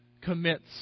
commits